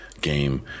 game